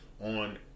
on